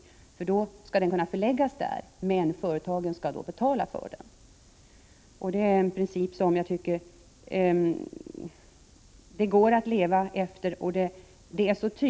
Sådan utbildning skall alltså kunna förläggas till dessa institutioner, men företagen skall då betala för den. Jag tycker att det går att leva efter den principen.